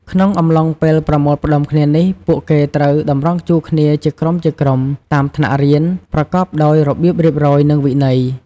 ក្នុងអំឡុងពេលប្រមូលផ្តុំគ្នានេះ ពួកគេត្រូវ តម្រង់ជួរគ្នាជាក្រុមៗតាមថ្នាក់រៀន ប្រកបដោយ របៀបរៀបរយ និងវិន័យ។